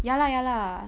ya lah ya lah